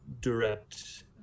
direct